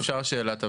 אפשר שאלת הבהרה?